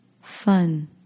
fun